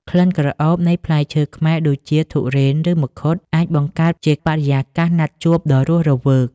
ក្លិនក្រអូបនៃផ្លែឈើខ្មែរដូចជា ធុរេន ឬមង្ឃុត អាចបង្កើតជាបរិយាកាសណាត់ជួបដ៏រស់រវើក។